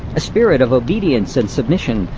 a spirit of obedience and submission,